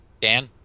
Dan